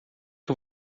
que